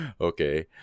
okay